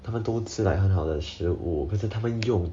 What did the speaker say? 他们都吃得很好的食物可是他们用